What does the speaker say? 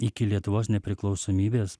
iki lietuvos nepriklausomybės